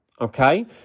okay